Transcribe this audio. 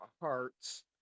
hearts